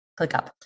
ClickUp